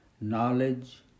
knowledge